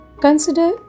Consider